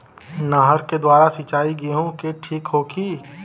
नहर के द्वारा सिंचाई गेहूँ के ठीक होखि?